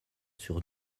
sur